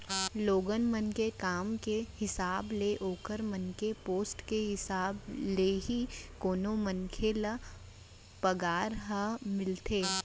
लोगन मन के काम के हिसाब ले ओखर मन के पोस्ट के हिसाब ले ही कोनो मनसे ल पगार ह मिलथे